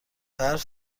برف